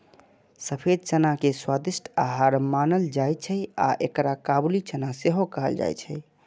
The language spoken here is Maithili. सफेद चना के स्वादिष्ट आहार मानल जाइ छै आ एकरा काबुली चना सेहो कहल जाइ छै